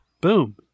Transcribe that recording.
Boom